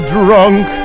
drunk